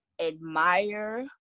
admire